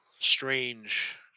strange